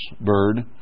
bird